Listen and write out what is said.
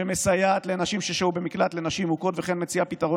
שמסייעת לנשים ששהו במקלט לנשים מוכות וכן מציעה פתרון